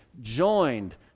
joined